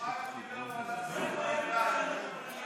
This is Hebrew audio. תשמע איך הוא דיבר בוועדת הכספים אליי.